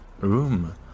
room